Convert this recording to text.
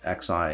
xi